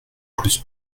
plus